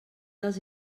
dels